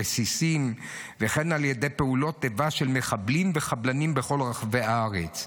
רסיסים וכן על ידי פעולות איבה של מחבלים וחבלנים בכל רחבי הארץ,